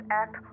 act